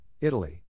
Italy